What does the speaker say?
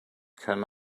can